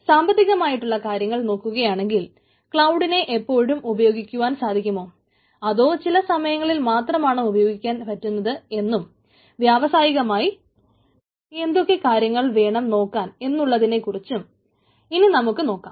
സാമ്പത്തികമായിട്ടുള്ള കാര്യങ്ങൾ നോക്കുകയാണെങ്കിൽ ക്ലൌഡിനെ എപ്പൊഴും ഉപയോഗിക്കുവാൻ സാധിക്കുമോ അതോ ചില സമയങ്ങളിൽ മാത്രമാണോ ഉപയോഗിക്കുവാൻ പറ്റുന്നത് എന്നും വ്യാവസായികമായി എന്തൊക്കെ കാര്യങ്ങൾ വേണം നോക്കാൻ എന്നുള്ളതിനെ കുറിച്ചും ഇനി നമുക്ക് നോക്കാം